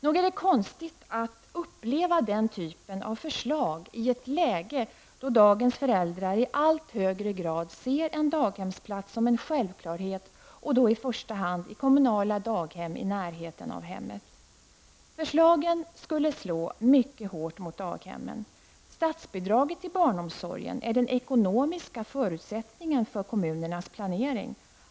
Nog är det konstigt att uppleva den typen av förslag i ett läge då dagens föräldrar i allt högre grad ser en daghemsplats som en självklarhet, och då i första hand i kommunala daghem i närheten av hemmet. Förslagen skulle slå mycket hårt mot daghemmen. Statsbidraget till barnomsorgen är den ekonomiska förutsättningen för kommunernas planering.